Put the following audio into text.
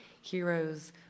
heroes